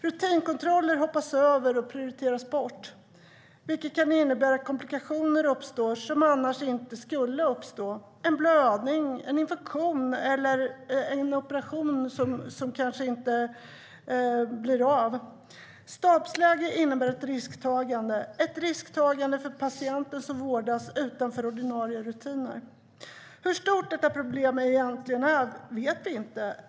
Rutinkontroller hoppas över och prioriteras bort, vilket kan innebära att komplikationer uppstår som annars inte skulle uppstå: en blödning, en infektion eller kanske en utebliven operation. Stabsläge innebär ett risktagande för patienten som vårdas utanför ordinarie rutiner. Hur stort detta problem egentligen är vet vi inte.